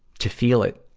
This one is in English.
to feel it.